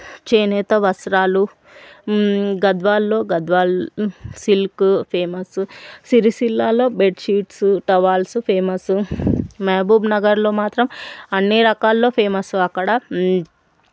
చేనేత వస్త్రాలు గద్వాల్లో గద్వాల్ సిల్క్ ఫేమస్ సిరిసిల్లలో బెడ్షీట్స్ టవల్స్ ఫేమస్సు మెహబూబ్ నగర్లో మాత్రం అన్ని రకాల్లో ఫేమస్సు అక్కడ